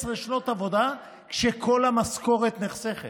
16 שנות עבודה כשכל המשכורת נחסכת,